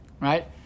right